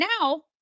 now